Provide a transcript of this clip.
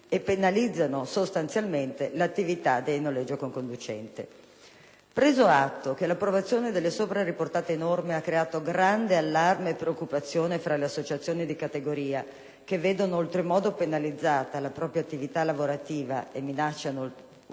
e penalizzano sostanzialmente l'attività di noleggio con conducente. Preso atto che l'approvazione delle sopra riportate norme ha creato grande allarme e preoccupazione tra le associazioni di categoria, che vedono oltremodo penalizzata la propria attività lavorativa e minacciano